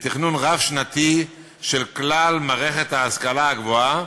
בתכנון רב-שנתי של כלל מערכת ההשכלה הגבוהה